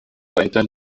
weiter